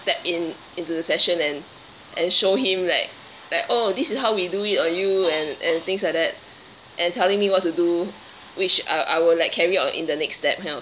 step in into the session and and show him like like oh this is how we do it on you and and things like that and telling me what to do which I I will like carry out in the next step that kind of